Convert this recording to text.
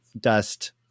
Dust